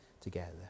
together